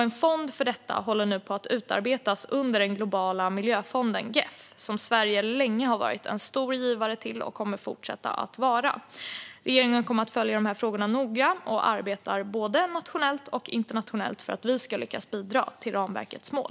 En fond för detta håller nu på att utarbetas under den globala miljöfonden GEF, som Sverige länge har varit och kommer att fortsätta att vara en stor givare till. Regeringen kommer att följa de här frågorna noga och arbetar både nationellt och internationellt för att vi ska lyckas bidra till ramverkets mål.